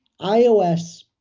iOS